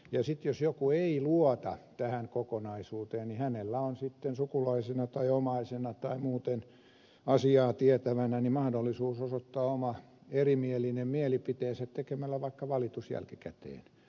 ja jos joku ei luota tähän kokonaisuuteen niin hänellä on sitten sukulaisena tai omaisena tai muuten asiaa tietävänä mahdollisuus osoittaa oma erimielinen mielipiteensä tekemällä vaikka valituksen jälkikäteen